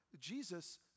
Jesus